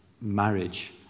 marriage